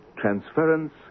transference